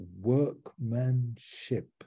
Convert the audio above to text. workmanship